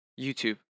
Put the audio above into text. YouTube